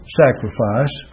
sacrifice